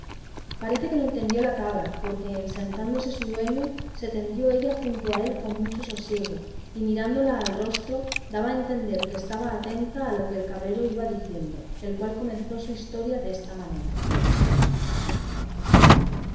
parece que lo entendió la cabra porque en sentándose su dueño se tendió ella junto a él con mucho sosiego y mirándole al rostro daba a entender que estaba atenta a lo que el cabrero iba diciendo el cual comenzó su historia desta manera